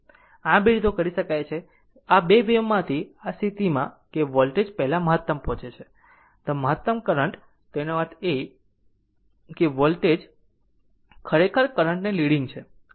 આમ 2 રીતો કરી શકાય છે જો આ 2 વેવમાંથી આ સ્થિતિમાં કે વોલ્ટેજ પહેલા મહતમ પહોંચે છે તો મહતમ કરંટ તેનો અર્થ એ કે વોલ્ટેજ ખરેખર કરંટ ને લીડીંગ છે